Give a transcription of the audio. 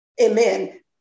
Amen